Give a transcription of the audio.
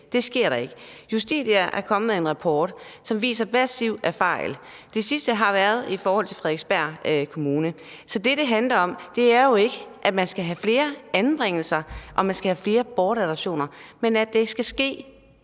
det ikke sker i dag. Justitia er kommet med en rapport, som påviser massive fejl. Det sidste tilfælde er set i Frederiksberg Kommune. Så det, det handler om, er jo ikke, at man skal have flere anbringelser og flere bortadoptioner, men at der skal ske